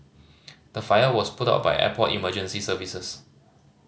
the fire was put out by airport emergency services